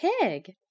pig